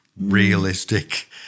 realistic